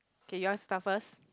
K you start first